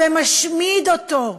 ומשמיד אותה.